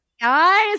guys